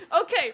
okay